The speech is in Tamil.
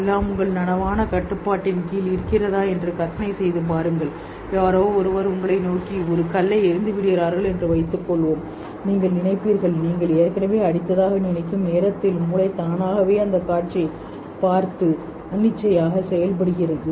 எல்லாம் உங்கள் நனவான கட்டுப்பாட்டின் கீழ் இருக்கிறதா என்று கற்பனை செய்து பாருங்கள் யாரோ ஒருவர் உங்களை நோக்கி ஒரு கல்லை எறிந்துவிடுவார்கள் நீங்கள் நினைப்பீர்கள் நீங்கள் ஏற்கனவே அடித்ததாக நினைக்கும் நேரத்தில் மூளை தானாகவே நீங்கள் வாத்து பார்வையை பிரதிபலிப்பில் பிரதிபலிப்பில் பார்க்கிறது